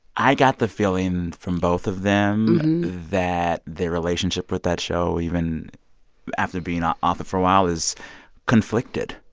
i got the feeling from both of them that their relationship with that show, even after being ah off it for a while, is conflicted.